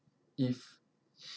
if